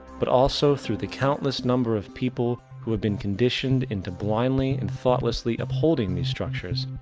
but also throught the countless number of people who have been conditioned into blindly and thoughtlessly upholding these structures,